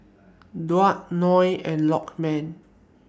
Daud Noh and Lokman